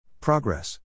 Progress